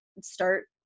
start